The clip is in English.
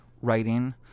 writing